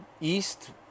east